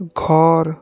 ঘৰ